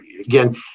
again